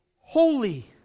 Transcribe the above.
holy